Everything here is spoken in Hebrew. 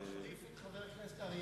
הוא מחליף את חבר הכנסת אריאל.